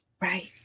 Right